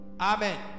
Amen